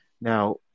Now